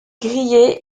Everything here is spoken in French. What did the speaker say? grillée